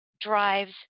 drives